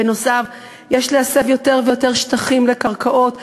בנוסף, יש להסב יותר ויותר שטחים לקרקעות לבנייה,